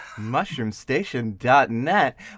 Mushroomstation.net